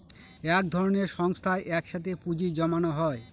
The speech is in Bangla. এক ধরনের সংস্থায় এক সাথে পুঁজি জমানো হয়